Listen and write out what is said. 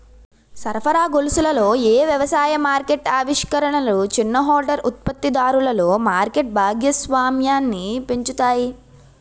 సరఫరా గొలుసులలో ఏ వ్యవసాయ మార్కెట్ ఆవిష్కరణలు చిన్న హోల్డర్ ఉత్పత్తిదారులలో మార్కెట్ భాగస్వామ్యాన్ని పెంచుతాయి?